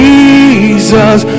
Jesus